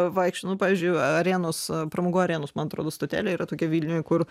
vaikšto nu pavyzdžiui arenos pramogų arenos man atrodo stotelė yra tokia vilniuj kur